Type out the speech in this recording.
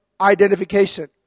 identification